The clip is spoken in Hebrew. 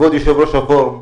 כבוד יושב-ראש הוועדה,